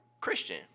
Christian